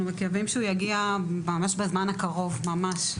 אנחנו מקווים שהוא יגיע ממש בזמן הקרוב, ממש.